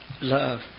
Love